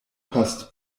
post